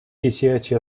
一些